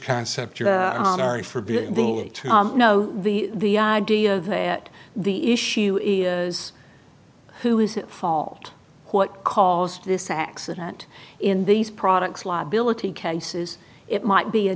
know the the idea that the issue is who is at fault what caused this accident in these products liability cases it might be a